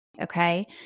okay